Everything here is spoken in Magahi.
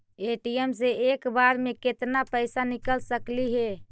ए.टी.एम से एक बार मे केत्ना पैसा निकल सकली हे?